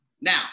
Now